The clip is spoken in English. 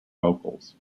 vocals